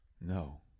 No